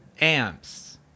amps